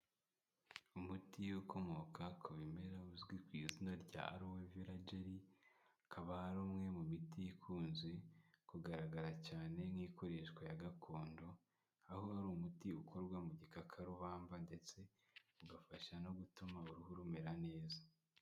Umuti ukomoka ku bimera uzwi ku izina rya alowe vela geli akaba ari umwe mu miti ikunze kugaragara cyane nk'ikoreshwa ya gakondo, aho hari umuti ukorwa mu gikakarubamba ndetse ugafasha no gutuma uruhu rumera neza.